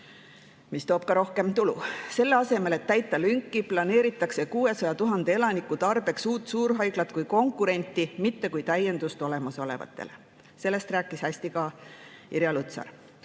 mis toob ka rohkem tulu. Selle asemel, et täita lünki, planeeritakse 600 000 elaniku tarbeks uut suurhaiglat kui konkurenti, mitte kui täiendust olemasolevatele. Sellest rääkis hästi ka Irja Lutsar.